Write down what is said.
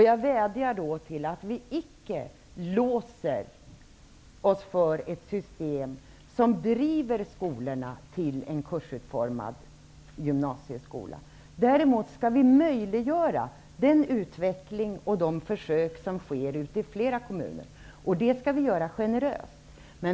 Jag vädjar då att vi icke låser oss för ett system som driver skolorna till en kursutformad gymnasieskola. Vi skall däremot möjliggöra den utveckling och de försök som sker ute i flera kommuner. Det skall vi göra generöst.